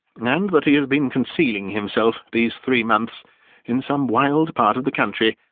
and that he has been concealing himself these three months in some wild part of the country,